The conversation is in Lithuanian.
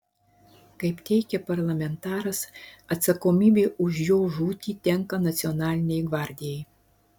kaip teigia parlamentaras atsakomybė už jo žūtį tenka nacionalinei gvardijai